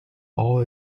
all